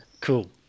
Cool